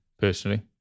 personally